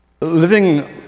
Living